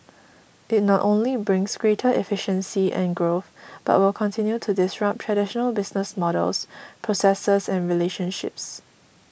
it not only brings greater efficiency and growth but will continue to disrupt traditional business models processes and relationships